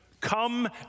Come